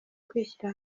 kwishyira